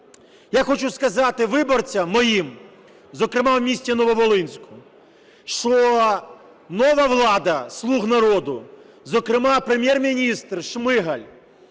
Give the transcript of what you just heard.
Я хочу сказати виборцям моїм, зокрема в місті Нововолинську, що нова влада, "Слуга народу", зокрема Прем'єр-міністр Шмигаль,